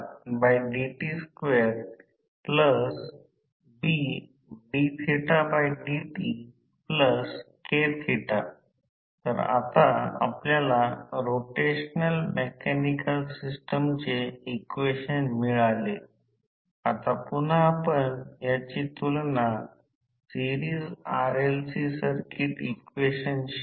फक्त गोष्ट अशी आहे की संख्यात्मक निराकरण करण्यासाठी net mechanical power shaft power ला या गोष्टीचा अंतर्भाव असतो शाफ्ट पॉवर म्हणजे निव्वळ यांत्रिक शक्ती